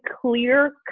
clear